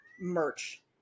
merch